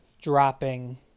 dropping